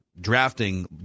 drafting